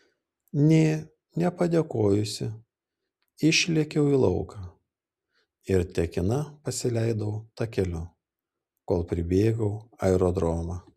nė nepadėkojusi išlėkiau į lauką ir tekina pasileidau takeliu kol pribėgau aerodromą